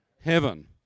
Heaven